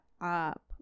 up